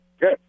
Good